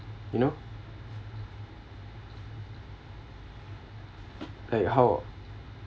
you know like how